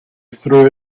threw